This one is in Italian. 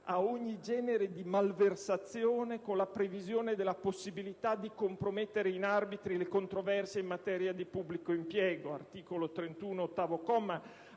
a ogni genere di malversazione con la previsione della possibilità di compromettere in arbitri le controversie in materia di pubblico impiego